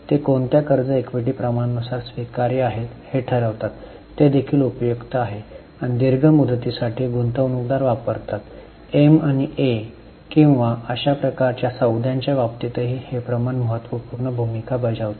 ते कोणत्या कर्ज इक्विटी प्रमाणानुसार स्वीकार्य आहेत हे ठरवतात ते देखील उपयुक्त आहे आणि दीर्घ मुदतीसाठी गुंतवणूकदार वापरतात एम आणि ए किंवा अशा प्रकारच्या सौद्यांच्या बाबतीतही हे प्रमाण महत्त्वपूर्ण भूमिका बजावते